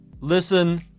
Listen